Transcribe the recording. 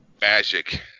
Magic